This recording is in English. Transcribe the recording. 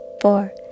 four